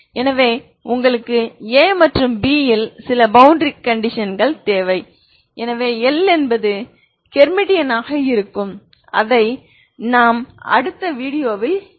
எனவே உங்களுக்கு a மற்றும் b இல் சில பவுண்டரி கண்டிஷன்கள் தேவை எனவே L என்பது ஹெர்மிட்டியனாக இருக்கும் அதை நாம் அடுத்த வீடியோவில் பார்ப்போம்